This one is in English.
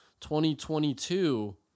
2022